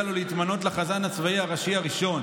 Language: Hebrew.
לו להתמנות לחזן הצבאי הראשי הראשון.